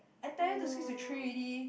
I tell you to squeeze to three already